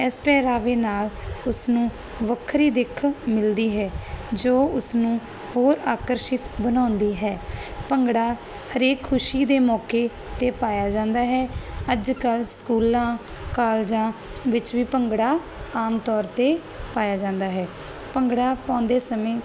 ਇਸ ਪਹਿਰਾਵੇ ਨਾਲ ਉਸਨੂੰ ਵੱਖਰੀ ਦਿੱਖ ਮਿਲਦੀ ਹੈ ਜੋ ਉਸਨੂੰ ਹੋਰ ਆਕਰਸ਼ਿਤ ਬਣਾਉਂਦੀ ਹੈ ਭੰਗੜਾ ਹਰੇਕ ਖੁਸ਼ੀ ਦੇ ਮੌਕੇ ਤੇ ਪਾਇਆ ਜਾਂਦਾ ਹੈ ਅੱਜ ਕੱਲ ਸਕੂਲਾਂ ਕਾਲਜਾਂ ਵਿੱਚ ਵੀ ਭੰਗੜਾ ਆਮ ਤੌਰ ਤੇ ਪਾਇਆ ਜਾਂਦਾ ਹੈ ਭੰਗੜਾ ਪਾਉਂਦੇ ਸਮੇਂ